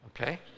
okay